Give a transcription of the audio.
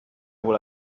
wohl